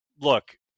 look